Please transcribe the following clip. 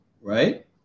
right